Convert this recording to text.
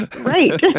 Right